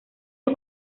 sus